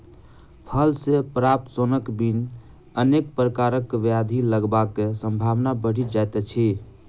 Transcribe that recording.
फल सॅ प्राप्त सोनक बिन अनेक प्रकारक ब्याधि लगबाक संभावना बढ़ि जाइत अछि